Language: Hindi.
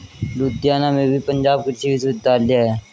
लुधियाना में भी पंजाब कृषि विश्वविद्यालय है